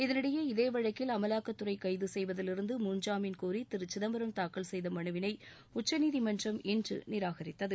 இதனிடையே இதேவழக்கில் அமலாக்கத்துறைகைதுசெய்வதிலிருந்துமுன் ஜாமீன் கோரிதிருசிதம்பரம் செய்தமனுவினைஉச்சநீதிமன்றம் தாக்கல் இன்றுநிராகரித்தது